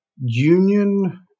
Union